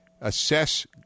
assess